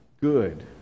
good